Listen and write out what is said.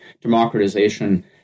democratization